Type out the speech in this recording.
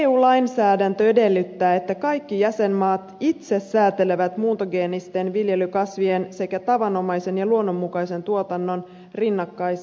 eu lainsäädäntö edellyttää että kaikki jäsenmaat itse säätelevät muuntogeenisten viljelykasvien sekä tavanomaisen ja luonnonmukaisen tuotannon rinnakkaiselosta